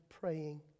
praying